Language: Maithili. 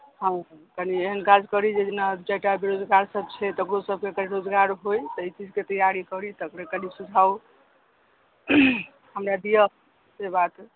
हँ कनि एहन काज करी जेना चारिटा बेरोजगारसभ छै तकरोसभके रोजगार होय ताहिसभक तैआरी करी तकरे कनि सुझाव हमरा दिअ से बात